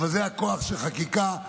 זה הכוח של חקיקה.